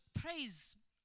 praise